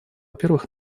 первых